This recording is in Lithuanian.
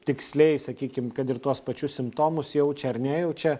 tiksliai sakykim kad ir tuos pačius simptomus jaučia ar nejaučia